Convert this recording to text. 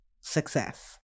success